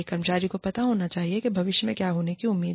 कर्मचारी को पता होना चाहिए कि भविष्य में क्या होने की उम्मीद है